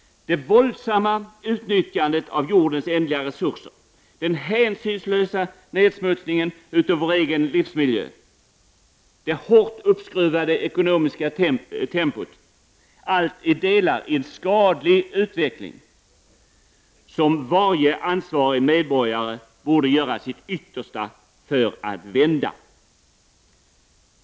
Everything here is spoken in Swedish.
Det våldsamma utnyttjandet av jordens ändliga resurser, den hänsynslösa nedsmutsningen av vår egen livsmiljö och det hårt uppskruvade ekonomiska tempot är delar i en skadlig utveckling som varje ansvarig medborgare borde göra sitt yttersta för att vända.